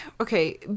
okay